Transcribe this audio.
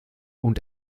und